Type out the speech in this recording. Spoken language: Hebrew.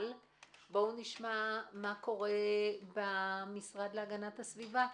אבל בואו נשמע, מה קורה במשרד להגנת הסביבה.